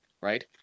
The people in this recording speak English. Right